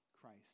Christ